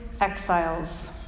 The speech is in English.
exiles